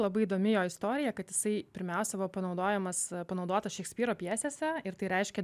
labai įdomi jo istorija kad jisai pirmiausia buvo panaudojamas panaudotas šekspyro pjesėse ir tai reiškė